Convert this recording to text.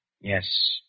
Yes